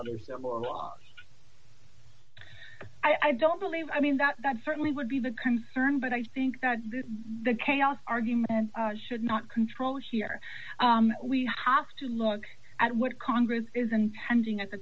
other similar laws i don't believe i mean that that certainly would be the concern but i think that the chaos argument should not control here we have to look at what congress is intending at the